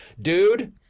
dude